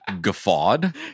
guffawed